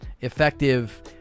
effective